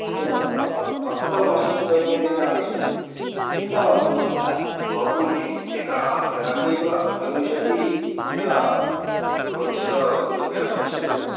अस्तु महोदये अस्तु अक्टोबर् मासस्य दशमदिनाङ्के आगमिष्यति चिन्ता मास्तु महोदये भवती एका एकाकीनी एव आगमिष्यति या भवत्या सह कोऽपि आगमिष्यति वा